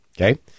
Okay